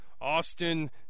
Austin